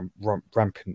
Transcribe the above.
rampant